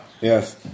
Yes